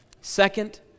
Second